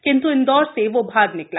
किंत् इंदौर से वो भाग निकला